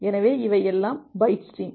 எனவே இவை எல்லாம் பைட் ஸ்ட்ரீம்